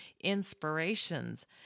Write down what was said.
inspirations